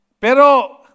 Pero